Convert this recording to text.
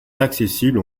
accessibles